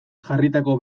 jarritako